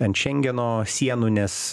ant šengeno sienų nes